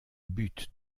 but